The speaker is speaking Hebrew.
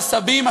הסבים,